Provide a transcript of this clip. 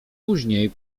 później